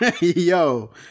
yo